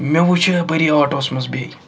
مےٚ وُچھ یہِ اَپٲری آٹوٗوَس منٛز بِہتھ